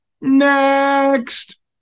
next